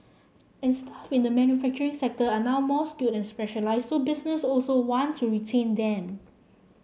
and staff in the manufacturing sector are now more skilled and specialised so businesses also want to retain them